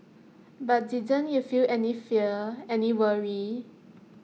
but didn't if you any fear any worry